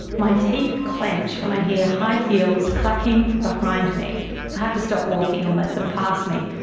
my teeth clench when i hear high heels clacking behind me. i have to stop walking and let them pass me.